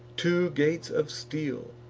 two gates of steel